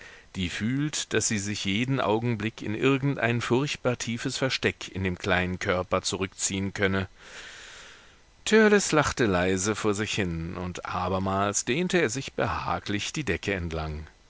die fühlt daß sie sich jeden augenblick in irgendein furchtbar tiefes versteck in dem kleinen körper zurückziehen könne törleß lachte leise vor sich hin und abermals dehnte er sich behaglich die decke entlang